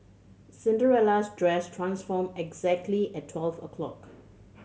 Cinderella's dress transformed exactly at twelve o'clock